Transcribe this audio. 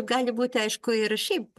gali būti aišku ir šiaip